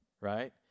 right